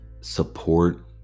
support